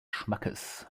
schmackes